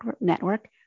Network